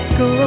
go